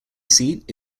seat